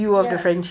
ya